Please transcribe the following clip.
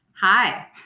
Hi